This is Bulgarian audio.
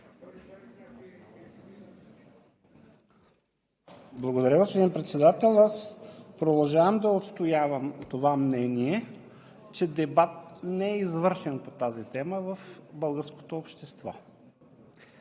Благодаря, господин Председател. Продължавам да отстоявам това мнение, че дебат не е извършен по тази тема в българското общество.